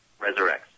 resurrects